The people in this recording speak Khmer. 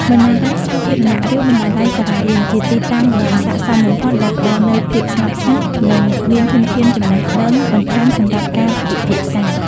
បណ្ណាល័យសាធារណៈ ឬបណ្ណាល័យសាលារៀន ជាទីតាំងដ៏ស័ក្តិសមបំផុត ដែលផ្ដល់នូវភាពស្ងប់ស្ងាត់ និងមានធនធានចំណេះដឹងបន្ថែមសម្រាប់ការពិភាក្សា។